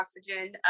oxygen